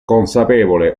consapevole